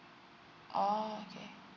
orh okay